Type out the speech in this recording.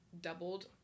doubled